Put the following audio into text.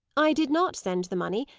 i did not send the money,